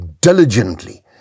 diligently